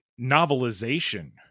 novelization